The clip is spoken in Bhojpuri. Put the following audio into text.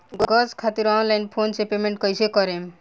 गॅस खातिर ऑनलाइन फोन से पेमेंट कैसे करेम?